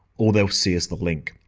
all they'll see is the link.